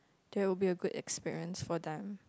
that would be a good experience for them